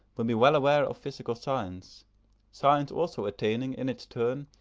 will be well aware of physical science science also attaining, in its turn,